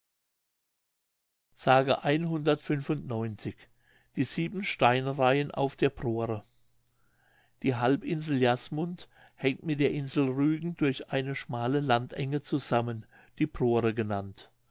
s die sieben steinreihen auf der prore die halbinsel jasmund hängt mit der insel rügen durch eine schmale landenge zusammen die prore genannt